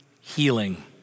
healing